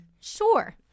Sure